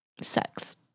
Sex